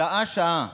שעה-שעה,